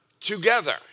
together